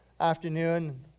afternoon